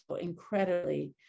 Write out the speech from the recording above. incredibly